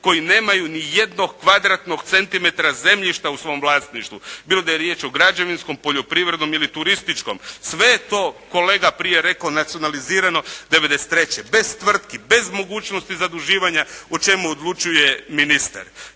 koji nemaju ni jednog kvadratnog centimetra zemljišta u svom vlasništvu, bilo da je riječ o građevinskom, poljoprivrednom ili turističkom. Sve je to kolega prije rekao nacionalizirano '93. bez tvrtki, bez mogućnosti zaduživanja o čemu odlučuje ministar.